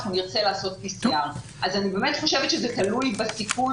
אנחנו נרצה לעשות PCR. אני באמת חושבת שזה תלוי בטיפול